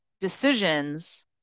decisions